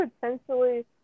potentially